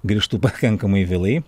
grįžtu pakankamai vėlai